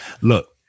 Look